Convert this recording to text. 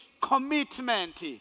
commitment